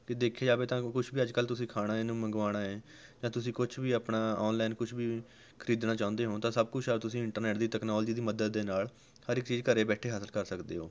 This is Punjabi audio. ਕਿ ਦੇਖਿਆ ਜਾਵੇ ਤਾਂ ਕੁਛ ਵੀ ਅੱਜ ਕੱਲ੍ਹ ਤੁਸੀਂ ਖਾਣੇ ਨੂੰ ਮੰਗਵਾਉਣਾ ਹੈ ਤਾਂ ਤੁਸੀਂ ਕੁਛ ਵੀ ਆਪਣਾ ਔਨਲਾਈਨ ਕੁਛ ਵੀ ਖਰੀਦਣਾ ਚਾਹੁੰਦੇ ਹੋ ਤਾਂ ਸਭ ਕੁਛ ਆ ਤੁਸੀਂ ਇੰਟਰਨੈੱਟ ਦੀ ਤਕਨਾਲੋਜੀ ਦੀ ਮਦਦ ਦੇ ਨਾਲ਼ ਹਰ ਇੱਕ ਚੀਜ਼ ਘਰ ਬੈਠੇ ਹਾਸਲ ਕਰ ਸਕਦੇ ਹੋ